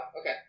okay